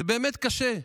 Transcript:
זה באמת קשה,